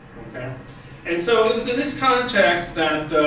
yeah and so it's in this context that the